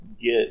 get